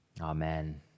Amen